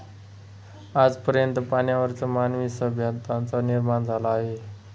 आज पर्यंत पाण्यावरच मानवी सभ्यतांचा निर्माण झाला आहे